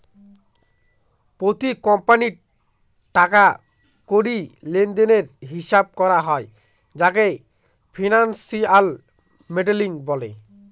প্রতি কোম্পানির টাকা কড়ি লেনদেনের হিসাব করা হয় যাকে ফিনান্সিয়াল মডেলিং বলে